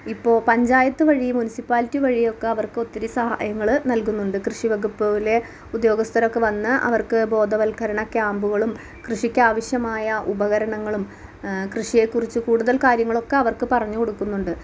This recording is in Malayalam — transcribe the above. ഇപ്പോൾ പഞ്ചായത്ത് വഴി മുൻസിപ്പാലിറ്റി വഴിയൊക്കെ അവർക്ക് ഒത്തിരി സഹായങ്ങൾ നൽകുന്നുണ്ട് കൃഷി വകുപ്പിലെ ഉദ്യോഗസ്ഥരൊക്കെ വന്ന് അവർക്ക് ബോധവൽക്കരണ ക്യാമ്പ്കളും കൃഷിക്കാവശ്യമായ ഉപകരണങ്ങളും കൃഷിയെ ക്കുറിച്ച് കൂടുതൽ കാര്യങ്ങളൊക്കെ അവർക്ക് പറഞ്ഞ് കൊടുക്കുന്നുണ്ട്